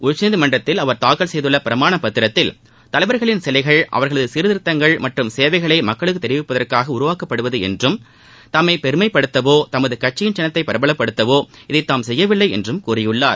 உச்சநீதிமன்றத்தில் அவர் தாக்கல் செய்துள்ள பிரமாணப் பத்திரத்தில் தலைவர்களின் சிலைகள் அவர்களது சீர்திருத்தங்கள் மற்றும் சேவைகளை மக்களுக்கு தெரிவிப்பதற்காக உருவாக்கப்படுவது என்றும் தம்மை பெருமைப்படுத்தவோ தமது கட்சியின் சின்னத்தை பிரபலப்படுத்தவோ இதைத் தாம் செய்யவில்லை என்று கூறியுள்ளார்